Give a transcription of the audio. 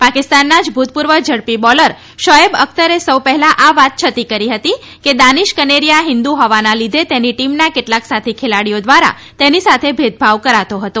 પાકિસ્તાનના જ ભૂતપૂર્વ ઝડપી બોલર શોએબ અખ્તરે સૌ પહેલાં આ વાત છતી કરી હતી કે દાનીષ કનેરિયા હિન્દુ હોવાના લીધે તેની ટીમના કેટલાંક સાથી ખેલાડીઓ દ્વારા તેની સાથે ભેદભાવ કરાતો હતો